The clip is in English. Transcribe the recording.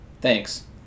Thanks